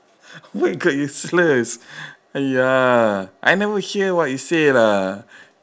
where got useless !aiya! I never hear what you say lah